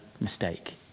mistake